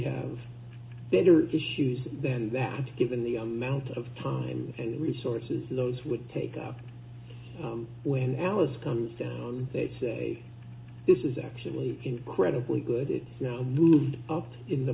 have better issues than that given the amount of time and resources those would take up when alice comes down they say this is actually incredibly good it's now moved up in the